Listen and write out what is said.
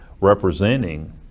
representing